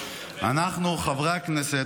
חברי הכנסת,